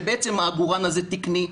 שהעגורן הזה תקני,